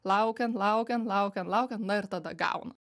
laukiam laukiam laukiam laukiam na ir tada gaunam